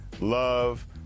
love